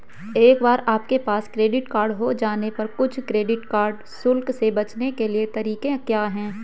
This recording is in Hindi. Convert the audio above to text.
एक बार आपके पास क्रेडिट कार्ड हो जाने पर कुछ क्रेडिट कार्ड शुल्क से बचने के कुछ तरीके क्या हैं?